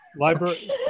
Library